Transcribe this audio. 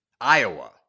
Iowa